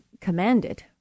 commanded